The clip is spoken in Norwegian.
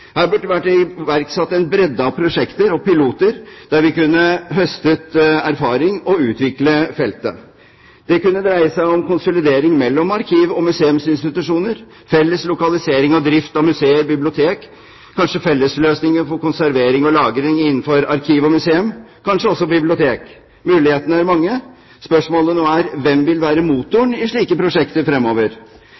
Her burde det vært iverksatt en bredde av prosjekter og piloter der vi kunne høstet erfaring og utviklet feltet. Det kunne dreie seg om konsolidering mellom arkiv og museumsinstitusjoner, felles lokalisering og drift av museer og bibliotek, kanskje fellesløsninger for konservering og lagring innenfor arkiv og museum, kanskje også bibliotek. Mulighetene er mange. Spørsmålet nå er: Hvem vil være